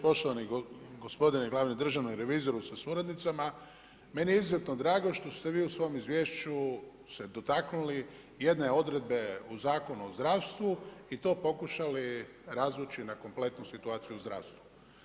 Poštovani gospodine glavni državni revizoru sa suradnicama, meni je izuzetno drago što ste vi u svom izvješću se dotaknuli jedne odredbe u Zakonu o zdravstvu i to pokušali razvući na kompletnu situaciju u zdravstvu.